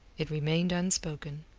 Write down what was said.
it remained unspoken.